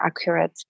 accurate